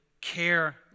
care